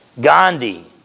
Gandhi